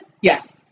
Yes